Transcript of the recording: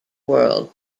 world